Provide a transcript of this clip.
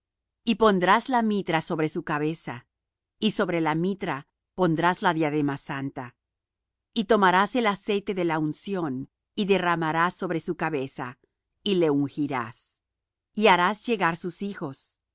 y pondrás la mitra sobre su cabeza y sobre la mitra pondrás la diadema santa y tomarás el aceite de la unción y derramarás sobre su cabeza y le ungirás y harás llegar sus hijos